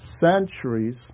centuries